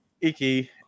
Iki